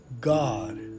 God